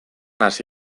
hasi